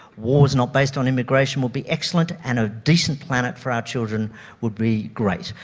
wars not based on immigration would be excellent, and a decent planet for our children would be great.